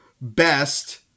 best